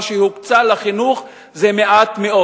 מה שהוקצה לחינוך זה מעט מאוד,